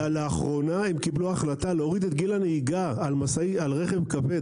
ולאחרונה הם קיבלו החלטה להוריד את גיל הנהיגה על רכב כבד,